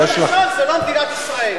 זה לא מדינת ישראל.